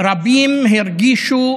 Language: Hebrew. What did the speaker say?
רבים הרגישו